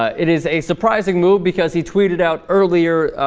it is a surprising move because each weeded out earlier